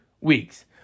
weeks